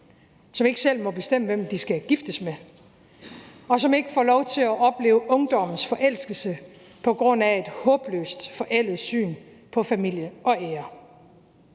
som ikke selv må bestemme, hvem de skal giftes med, og som ikke får lov til at opleve ungdommens forelskelse på grund af et håbløst forældet syn på familie og ære.